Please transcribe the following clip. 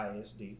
ISD